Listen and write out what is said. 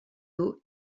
eaux